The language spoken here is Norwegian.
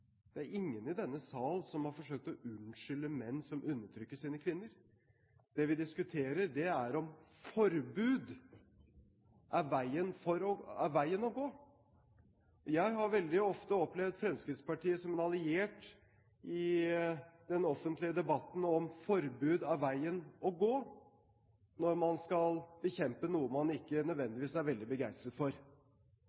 Det er ingen i denne sal som har forsøkt å unnskylde menn som undertrykker sine kvinner. Det vi diskuterer, er om forbud er veien å gå. Jeg har veldig ofte opplevd Fremskrittspartiet som en alliert i den offentlige debatten om forbud er veien å gå når man skal bekjempe noe man nødvendigvis ikke